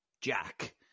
Jack